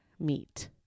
meet